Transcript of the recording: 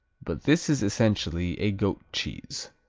but this is essentially a goat cheese.